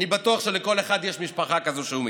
אני בטוח שלכל אחד יש משפחה כזאת שהוא מכיר,